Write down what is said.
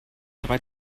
drei